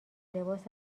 لباس